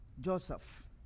Joseph